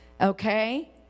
okay